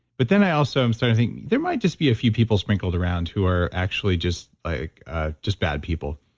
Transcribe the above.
but then i also am starting so to think, there might just be a few people sprinkled around who are actually just like ah just bad people.